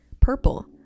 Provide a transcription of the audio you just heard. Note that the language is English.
purple